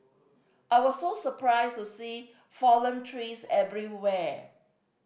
I was so surprised to see fallen trees everywhere